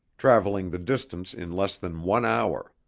traveling the distance in less than one hour.